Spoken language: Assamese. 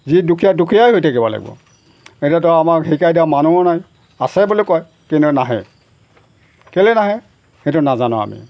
যি দুখীয়া দুখীয়াই হৈ থাকিব লাগিব এতিয়াতো আমাক শিকাই দিয়া মানুহো নাই আছে বুলি কয় কিন্তু নাহে কেলৈ নাহে সেইটো নাজানো আমি